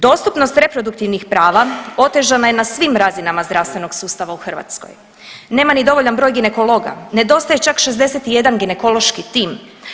Dostupnost reproduktivnih prava otežana je na svim razinama zdravstvenog sustava u Hrvatskoj, nema ni dovoljan broj ginekologa, nedostaje čak 61 ginekološki tim.